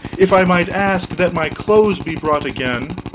if i might ask that my clothes be brought again